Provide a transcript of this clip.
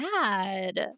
sad